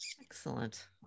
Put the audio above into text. Excellent